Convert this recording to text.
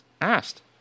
asked